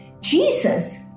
Jesus